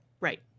Right